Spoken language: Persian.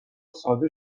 ساده